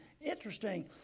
interesting